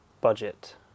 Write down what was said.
budget